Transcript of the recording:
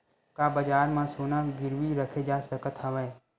का बजार म सोना गिरवी रखे जा सकत हवय?